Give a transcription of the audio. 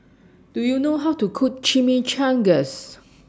Do YOU know How to Cook Chimichangas